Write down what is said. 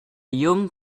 young